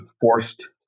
forced